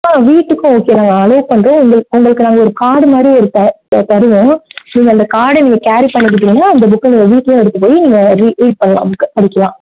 ஆ வீட்டுக்கு ஓகேதான் அளோவ் பண்ணுறோம் உங்களுக் உங்களுக்கு நாங்கள் ஒரு கார்டு மாதிரி இருக்கும் ஒன்று தருவோம் நீங்கள் அந்த கார்டை நீங்கள் கேரி பண்ணிகிட்டு போகணும் அந்த புக்கை நீங்கள் வீட்லையே எடுத்து போய் நீங்கள் ரீ ரீட் பண்ணலாம் புக்கை படிக்கலாம்